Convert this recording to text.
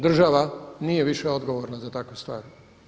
Država nije više odgovorna za takve stvari.